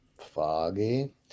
foggy